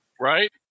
Right